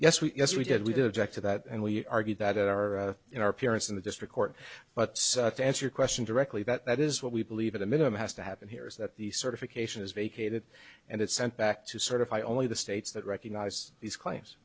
we yes we did we do object to that and we argued that at our in our appearance in the district court but to answer your question directly that is what we believe the minimum has to happen here is that the certification is vacated and it sent back to certify only the states that recognize these claims